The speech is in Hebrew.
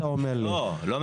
אבל אתה אומר לי שזה לא מקובל.